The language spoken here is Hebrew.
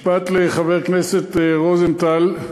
משפט לחבר הכנסת רוזנטל,